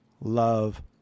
love